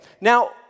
now